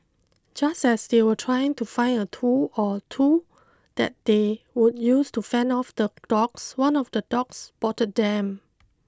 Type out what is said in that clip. just as they were trying to find a tool or two that they would use to fend off the dogs one of the dogs spotted them